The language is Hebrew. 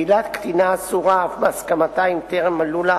בעילת קטינה אסורה אף בהסכמתה אם טרם מלאו לה